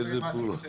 על איזה פעולות?